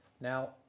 Now